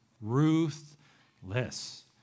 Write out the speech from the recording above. Ruthless